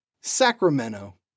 Sacramento